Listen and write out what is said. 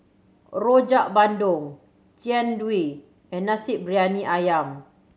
Rojak Bandung Jian Dui and Nasi Briyani Ayam